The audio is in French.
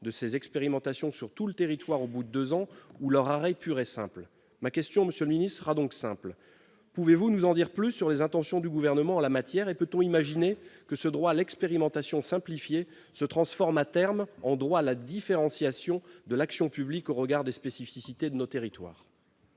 de ces expérimentations sur tout le territoire au bout de deux ans ou d'un arrêt pur et simple. Pouvez-vous nous en dire plus, monsieur le ministre, sur les intentions du Gouvernement en la matière et peut-on imaginer que ce droit à l'expérimentation simplifié se transforme, à terme, en droit à la différenciation de l'action publique au regard des spécificités de nos territoires ?